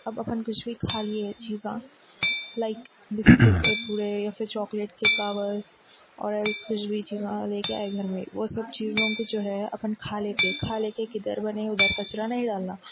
اب اپن کچھ بھی کھا لیے چیزاں لائک بسکٹ کے کرکڑے یا پھر چاکلیٹ کے کاور اور ایلس کچھ بھی چیزاں لے کے آئے گھر میں وہ سب چیزوں کو جو ہے اپن کھا لیتے کھا لیتے کدھر بنے ادھر کچرا نہیں ڈالنا